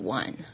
one